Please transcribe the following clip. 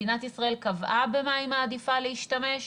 מדינת ישראל קבעה במה היא מעדיפה להשתמש?